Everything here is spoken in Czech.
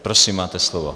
Prosím, máte slovo.